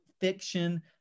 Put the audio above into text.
fiction